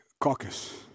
caucus